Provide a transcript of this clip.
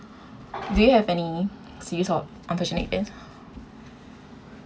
do you have any series of unfortunate events